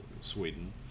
Sweden